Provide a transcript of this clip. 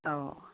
ꯑꯧ